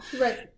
Right